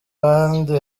ahandi